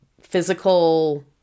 physical